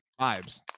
vibes